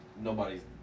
Nobody's